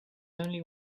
only